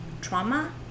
trauma